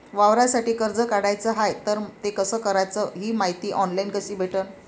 वावरासाठी कर्ज काढाचं हाय तर ते कस कराच ही मायती ऑनलाईन कसी भेटन?